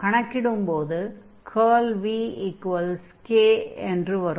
கணக்கிடும் போது curl v k என்று வரும்